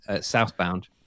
Southbound